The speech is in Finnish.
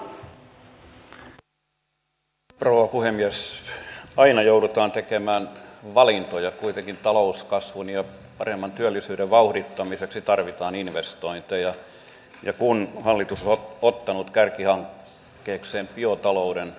biotalouteen minkä kehittämiseen hallitus nyt panostaa liittyy myös ruuantuotanto ja elintarviketuotanto myös jalostustoiminta ja tähän on ottanut kärkihankkeekseen biotalouden